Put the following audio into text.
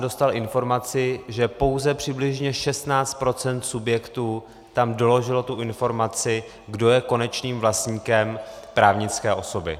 Dostal jsem informaci, že pouze přibližně 16 % subjektů tam doložilo tu informaci, kdo je konečným vlastníkem právnické osoby.